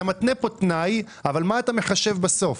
אתה מתנה פה תנאי אבל מה אתה מחשב בסוף?